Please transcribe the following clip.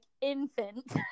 infant